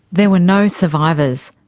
there were no survivors.